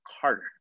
Carter